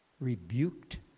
rebuked